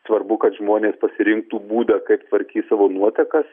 svarbu kad žmonės pasirinktų būdą kaip tvarkyt savo nuotekas